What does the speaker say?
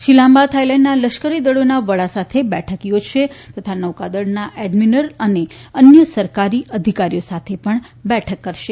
શ્રી લાંબા થાઇલેન્ડના લશ્કરીદળોના વડા સાથે બેઠક યોજશે તથા નૌકાધલના એડમિરલ અને અન્ય સરકારી અધિકારીઓ સાથે પણ બેઠક કરશે